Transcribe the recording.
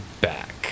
back